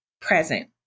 present